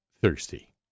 thirsty